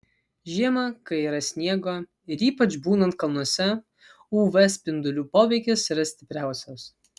žiemą kai yra sniego ir ypač būnant kalnuose uv spindulių poveikis yra stipriausias